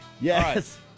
Yes